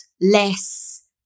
less